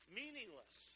meaningless